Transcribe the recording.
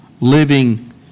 living